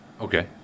okay